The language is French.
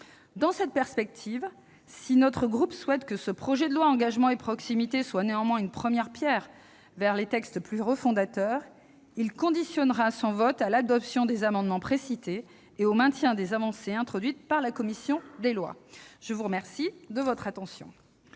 Dans cette perspective, si notre groupe souhaite que le présent projet de loi Engagement et proximité soit une première pierre pour des textes plus refondateurs, il conditionnera son vote à l'adoption des amendements précités et au maintien des avancées introduites par la commission des lois. La parole est à M.